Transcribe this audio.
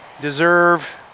deserve